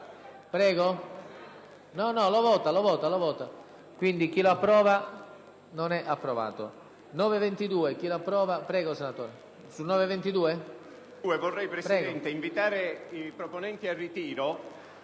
Presidente, vorrei invitare i proponenti a ritirare